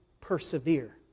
persevere